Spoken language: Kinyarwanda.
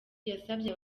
yasabye